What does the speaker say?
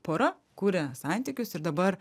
pora kuria santykius ir dabar